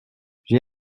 j’ai